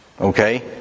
okay